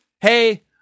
hey